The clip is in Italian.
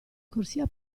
corsia